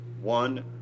one